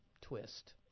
twist